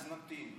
אז נמתין.